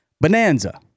Bonanza